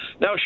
Now